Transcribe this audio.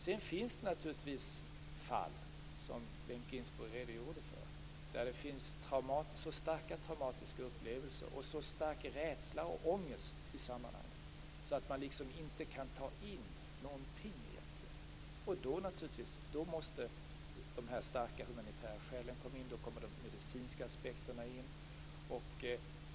Sedan finns det naturligtvis fall, som Bengt Erik Ginsburg redogjorde för, där barn har så starka traumatiska upplevelser och så stark rädsla och ångest att de inte kan ta in någonting. Då måste naturligtvis de här starka humanitära skälen komma in, och då kommer de medicinska aspekterna in.